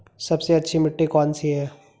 सबसे अच्छी मिट्टी कौन सी है?